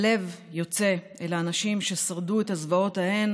הלב יוצא אל האנשים ששרדו בזוועות ההן